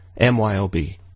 MYOB